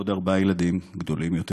ולעוד ארבעה ילדים גדולים יותר.